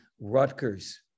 Rutgers